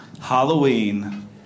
Halloween